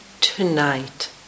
tonight